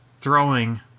throwing